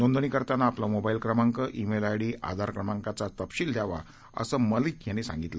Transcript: नोंदणीकरतानाआपलामोबाईलक्रमांक ई मेलआयडीआणिआधारक्रमांकाचातपशीलद्यावाअसंमलिकयांनीसांगितलं